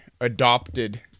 adopted